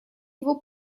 vaut